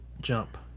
jump